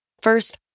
First